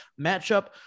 matchup